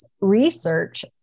research